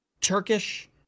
Turkish